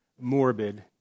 morbid